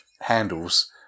handles